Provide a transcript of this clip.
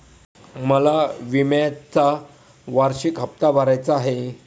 मला विम्याचा वार्षिक हप्ता भरायचा आहे